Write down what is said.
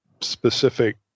specific